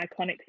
iconic